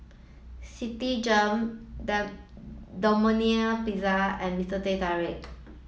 Citigem Domino Pizza and Mister Teh Tarik